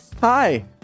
Hi